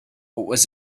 was